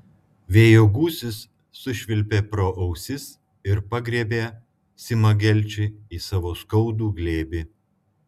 vėjo gūsis sušvilpė pro ausis ir pagriebė simą gelčį į savo skaudų glėbį